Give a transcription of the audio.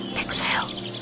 Exhale